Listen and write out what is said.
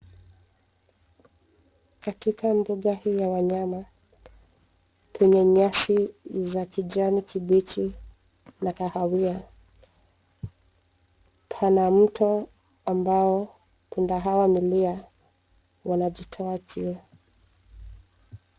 Katika mbuga hii ya wanyama, kwenye nyasi za kijani kibichi na kahawia, pana mto ambao punda hawa milia, wanajitoa kiu.